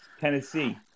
Tennessee